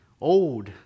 old